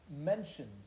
mentioned